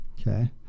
Okay